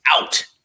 out